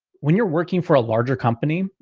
when you're working for a larger company,